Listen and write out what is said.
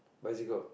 bicycle